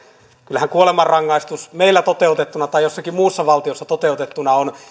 kyllähän kuolemanrangaistus meillä toteutettuna tai jossakin muussa valtiossa toteutettuna on